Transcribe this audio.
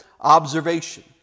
observation